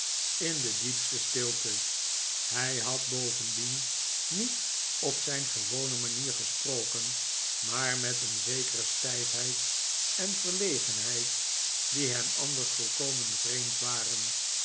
nieuws de diepste stilte hij had bovendien niet op zijn gewone manier gesproken maar met een zekere stijfheid en verlegenheid die hem anders volkomen vreemd waren